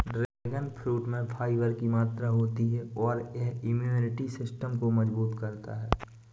dragon fruit में fibre की मात्रा होती है और यह इम्यूनिटी सिस्टम को मजबूत करता है